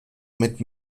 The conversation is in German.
mit